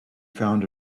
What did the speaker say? found